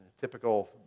typical